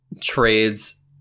trades